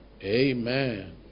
Amen